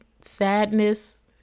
sadness